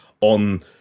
on